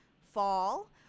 fall